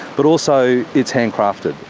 but also it's hand crafted.